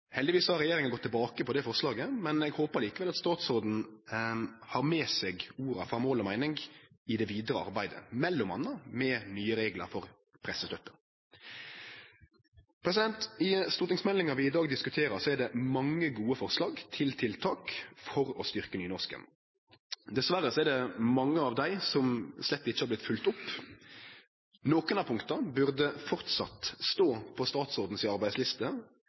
Heldigvis har regjeringa gått tilbake på det forslaget, men eg håpar likevel at statsråden har med seg orda frå Mål og meining i det vidare arbeidet m.a. med nye reglar for pressestøtte. I stortingsmeldinga vi i dag diskuterer, er det mange gode forslag til tiltak for å styrkje nynorsken. Dessverre er det mange av dei som slett ikkje har vorte følgde opp. Nokre av punkta burde framleis stå på arbeidslista til statsråden,